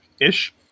ish